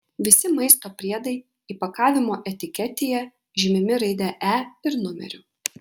visi maisto priedai įpakavimo etiketėje žymimi raide e ir numeriu